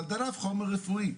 אבל דלף חומר רפואי.